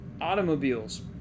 automobiles